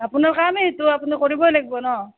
আপনাৰ কামেই সেইটো আপনি কৰিবই লাগব ন অঁ